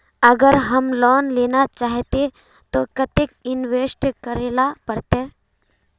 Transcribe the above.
अगर हम लोन लेना चाहते तो केते इंवेस्ट करेला पड़ते?